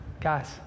Guys